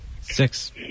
Six